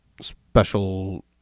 special